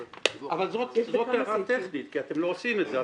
אבל זאת הערה טכנית כי אתם לא עושים את זה,